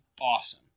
awesome